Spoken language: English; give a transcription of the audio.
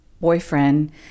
boyfriend